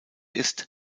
ist